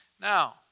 Now